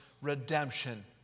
redemption